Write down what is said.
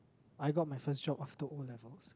I got my first job after O-levels